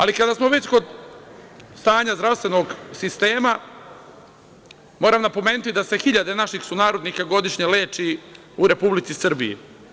Ali, kada smo već kod stanja zdravstvenog sistema, moram napomenuti da se hiljade naših sunarodnika godišnje leči u Republici Srbiji.